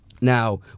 now